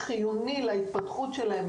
זהו דבר חיוני להתפתחות שלהם,